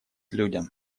людям